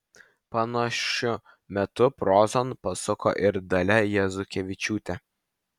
panašiu metu prozon pasuko ir dalia jazukevičiūtė